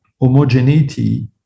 homogeneity